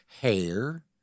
hair